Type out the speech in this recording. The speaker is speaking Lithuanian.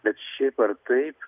bet šiaip ar taip